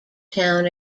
town